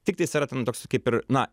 tik tais yra ten toks kaip ir na